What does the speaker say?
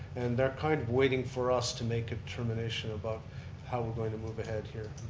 and they're kind of waiting for us to make a determination about how we're going to move ahead here.